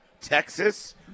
Texas